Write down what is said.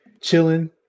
chilling